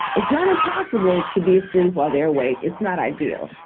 it's not impossible to be asleep while they're awake. it's not ideal.